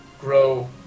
grow